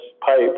pipe